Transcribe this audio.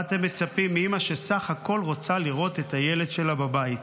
למה אתם מצפים מאימא שבסך הכול רוצה לראות את הילד שלה בבית?